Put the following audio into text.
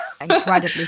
Incredibly